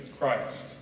Christ